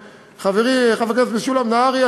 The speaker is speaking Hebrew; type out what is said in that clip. חברי חבר הכנסת משולם נהרי,